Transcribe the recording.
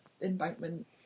embankment